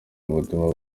ubutumwa